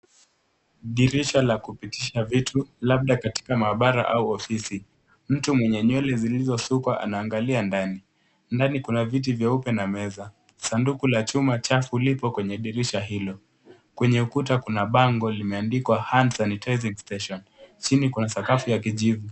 Dirisha la kupitisha vitu, labda katika maabara au ofisi. Mtu mwenye nywele zilizosukwa anaangalia ndani. Ndani kuna viti vyeupe na meza. Sanduku la chuma chafu lipo kwenye dirisha hilo. Kwenye ukuta kuna bango limeandikwa hand sanitizing station . Chini kuna sakafu ya kijivu.